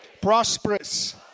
prosperous